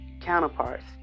counterparts